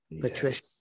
Patricia